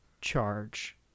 charge